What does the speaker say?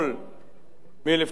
ב-1980,